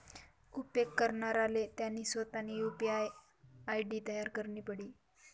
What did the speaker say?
उपेग करणाराले त्यानी सोतानी यु.पी.आय आय.डी तयार करणी पडी